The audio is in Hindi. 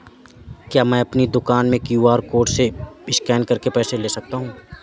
क्या मैं अपनी दुकान में क्यू.आर कोड से स्कैन करके पैसे ले सकता हूँ?